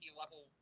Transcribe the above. level